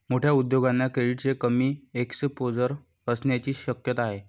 मोठ्या उद्योगांना क्रेडिटचे कमी एक्सपोजर असण्याची शक्यता आहे